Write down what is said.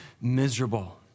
miserable